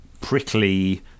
prickly